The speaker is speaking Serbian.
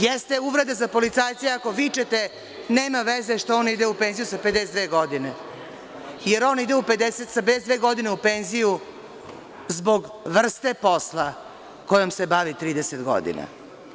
Jeste uvreda za policajce ako vičete da nema veze što on ide u penziju sa 52 godine, jer on ide sa 52 godine u penziju zbog vrste posla kojom se bavi 30 godina.